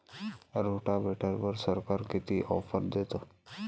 रोटावेटरवर सरकार किती ऑफर देतं?